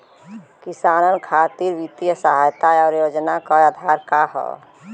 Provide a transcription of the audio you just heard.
किसानन खातिर वित्तीय सहायता और योजना क आधार का ह?